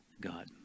God